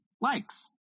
likes